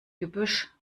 gebüsch